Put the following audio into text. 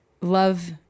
love